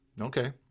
Okay